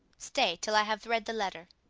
stay till i have read the letter.